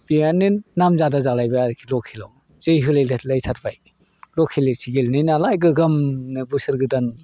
बेहानो नामजादा जालायबाय आरोखि लकेलाव जै होलाय लायथारबाय लकेलिटि गेलेनाय नालाय गोग्गोमनो बोसोर गोदाननि